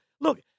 look